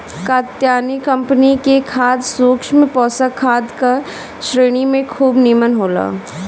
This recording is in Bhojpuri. कात्यायनी कंपनी के खाद सूक्ष्म पोषक खाद का श्रेणी में खूब निमन होला